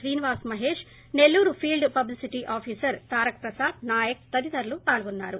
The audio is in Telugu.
Srinivas Mahesh Nellore field publicity officer Taraka Prasad Nayak తదితరులు పాల్గొన్నారు